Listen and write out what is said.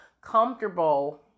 comfortable